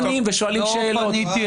ושואלים שאלות.